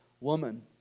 woman